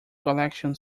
collection